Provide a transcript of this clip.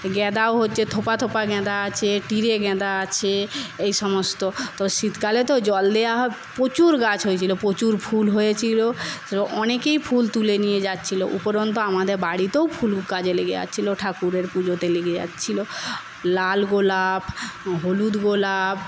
গাঁদাও হচ্ছে থোকা থোকা গাঁদা আছে টিরে গাঁদাআছে এই সমস্ত তো শীতকালে তো জল দেওয়া প্রচুর গাছ হয়েছিল প্রচুর ফুল হয়েছিল অনেকেই ফুল তুলে নিয়ে যাচ্ছিল উপরন্ত আমাদের বাড়িতেও ফুল কাজে লেগে যাচ্ছিল ঠাকুরের পুজোতে লেগে যাচ্ছিল লাল গোলাপ হলুদ গোলাপ